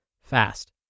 fast